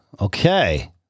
okay